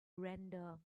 render